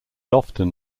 often